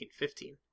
1915